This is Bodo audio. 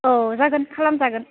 औ जागोन खालामजागोन